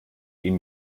ihn